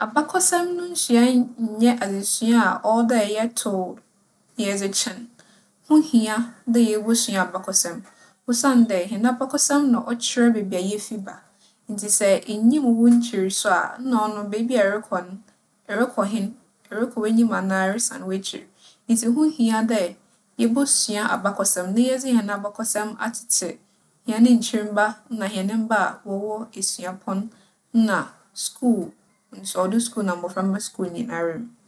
Abakͻsɛm no nsuae nnyɛ adzesua a ͻwͻ dɛ yɛtow na yɛdze kyen. Ho hia dɛ yebosua abakͻsɛm osiandɛ hɛn abakͻsɛm na ͻkyerɛ beebi a yefi ba. Ntsi sɛ innyim wo nkyir so a, nna ͻno beebi a erokͻ no, erokͻ hen? Erokͻ w'enyim anaa eresan w'ekyir? Ntsi ho hia dɛ yebosua abakͻsɛm na yɛdze hɛn abakͻsɛm atsetse hɛn nkyirmba na hɛn mba a wͻwͻ esuapͻn nna skuul, nsͻwdo skuul na mboframba skuul nyinara mu.